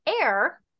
air